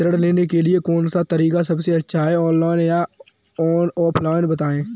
ऋण लेने के लिए कौन सा तरीका सबसे अच्छा है ऑनलाइन या ऑफलाइन बताएँ?